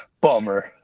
Bummer